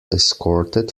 escorted